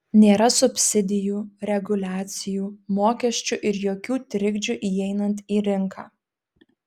nėra subsidijų reguliacijų mokesčių ir jokių trikdžių įeinant į rinką